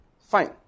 Fine